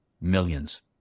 Millions